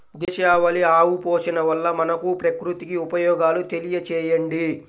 దేశవాళీ ఆవు పోషణ వల్ల మనకు, ప్రకృతికి ఉపయోగాలు తెలియచేయండి?